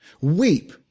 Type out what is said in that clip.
weep